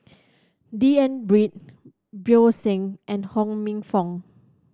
D N Pritt Bjorn Shen and Ho Minfong